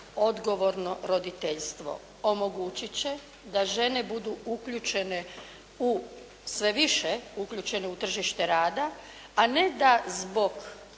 odgovorno roditeljstvo. Omogućit će da žene budu uključene u, sve više uključene u tržište rada a ne da zbog